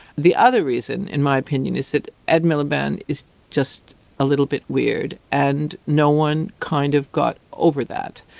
the other reason, in my opinion, is that ed miliband is just a little bit weird, and no one kind of got over that.